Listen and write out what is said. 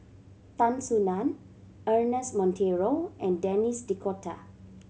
Tan Soo Nan Ernest Monteiro and Denis D'Cotta